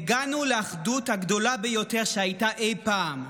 הגענו לאחדות הגדולה ביותר שהייתה אי פעם.